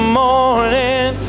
morning